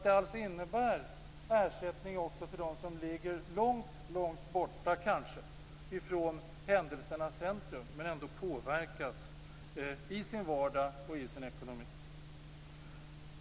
Det innebär ersättning också till dem som kanske befinner sig långt bort från händelsernas centrum men som ändå påverkas i sin vardag och i sin ekonomi.